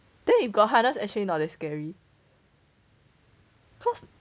then you got harness actually not that scary cause